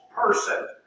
person